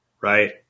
right